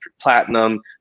Platinum